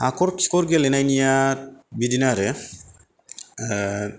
हाखर खिखर गेलेनायनिआ बिदिनो आरो